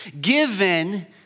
given